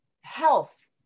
health